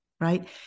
right